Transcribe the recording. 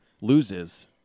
loses